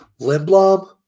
Limblom